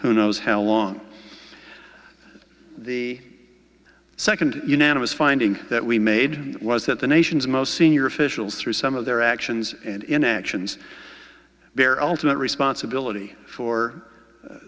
who knows how long the second unanimous finding that we made was that the nation's most senior officials through some of their actions and inactions bear ultimate responsibility for